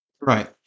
Right